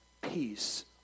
peace